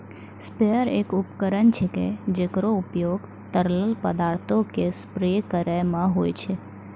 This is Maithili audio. स्प्रेयर एक उपकरण छिकै, जेकरो उपयोग तरल पदार्थो क स्प्रे करै म होय छै